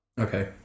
okay